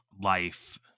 life